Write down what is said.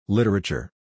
Literature